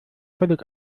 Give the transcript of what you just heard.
völlig